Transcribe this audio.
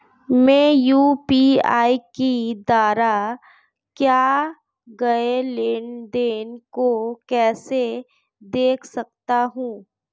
मैं यू.पी.आई के द्वारा किए गए लेनदेन को कैसे देख सकता हूं?